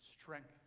Strength